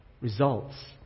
results